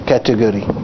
category